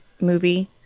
movie